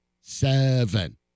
Seven